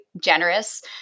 generous